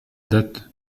date